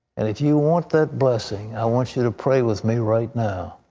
and if you want that blessing, i want you to pray with me right now.